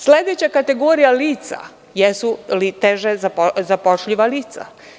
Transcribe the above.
Sledeća kategorija lica jesu teže zapošljiva lica.